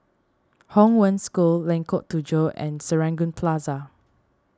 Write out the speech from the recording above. Hong Wen School Lengkok Tujoh and Serangoon Plaza